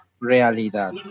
realidad